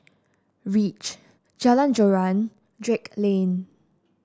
reach Jalan Joran Drake Lane